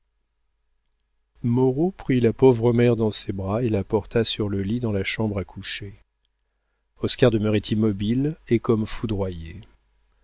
moreau prit la pauvre mère dans ses bras et la porta sur le lit dans la chambre à coucher oscar demeurait immobile et comme foudroyé